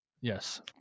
Yes